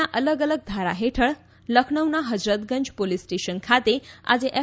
ના અલગ અલગ ધારા હેઠળ લખનૌના હજરતગંજ પોલીસ સ્ટેશન ખાતે આજે એફ